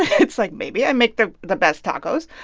it's like maybe i make the the best tacos.